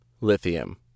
Lithium